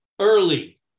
early